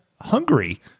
Hungary